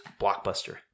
blockbuster